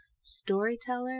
storyteller